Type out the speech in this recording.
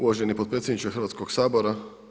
Uvaženi potpredsjedniče Hrvatskog sabora.